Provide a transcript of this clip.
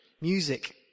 music